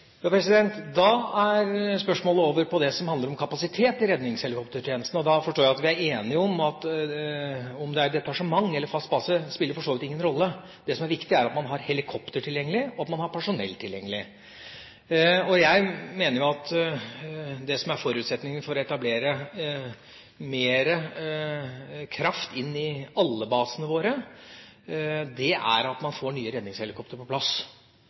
Da er spørsmålet over på det som handler om kapasitet i redningshelikoptertjenesten. Da forstår jeg at vi er enige om at det spiller ingen rolle om det er detasjement eller fast base. Det som er viktig, er at man har helikopter tilgjengelig, og at man har personell tilgjengelig. Jeg mener at det som er forutsetningen for å etablere mer kraft inn i alle basene våre, er at man får nye redningshelikoptre på plass.